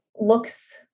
looks